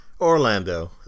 Orlando